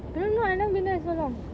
I don't know I've never been there for so long